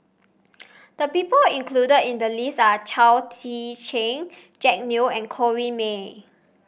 the people included in the list are Chao Tzee Cheng Jack Neo and Corrinne May